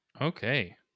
Okay